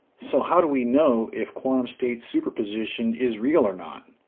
so how do we know if quantum state superposition is real or not?